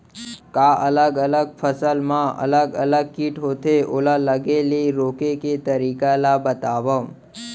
का अलग अलग फसल मा अलग अलग किट होथे, ओला लगे ले रोके के तरीका ला बतावव?